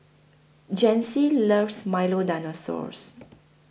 Janyce loves Milo Dinosaur